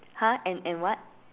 !huh! and and what